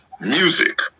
music